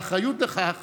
זהו האמון שניתן לכם